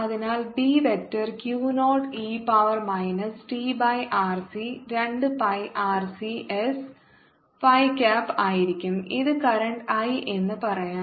അതിനാൽ B vector Q naught e power minus t by RC 2 pi RC s phi cap ആയിരിക്കും ഇത് current I എന്ന് പറയാo